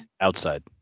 outside